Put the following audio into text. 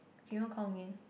Fion count again